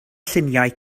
lluniau